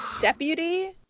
deputy